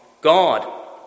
God